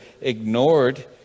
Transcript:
ignored